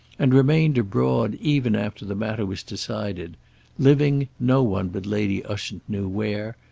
and remained abroad even after the matter was decided living, no one but lady ushant knew where,